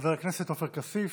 חבר הכנסת עופר כסיף.